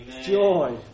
joy